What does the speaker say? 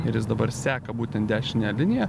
ir jis dabar seka būtent dešinę liniją